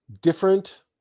different